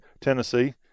Tennessee